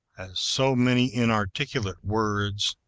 as so many inarticulate words,